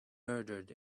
murdered